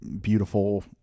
beautiful